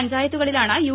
പഞ്ചായത്തുകളിലാണ് U